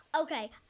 okay